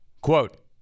quote